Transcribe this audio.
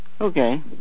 Okay